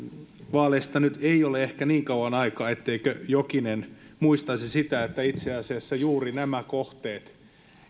vaaleista nyt ei ole ehkä niin kauan aikaa etteikö jokinen muistaisi sitä että itse asiassa juuri nämä kohteet